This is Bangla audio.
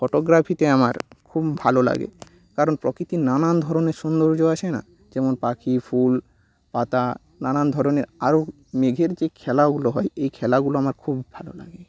ফটোগ্রাফিতে আমার খুব ভালো লাগে কারণ প্রকৃতির নানান ধরনের সৌন্দর্য আছে না যেমন পাখি ফুল পাতা নানান ধরনের আরও মেঘের যে খেলাগুলো হয় এই খেলাগুলো আমার খুব ভালো লাগে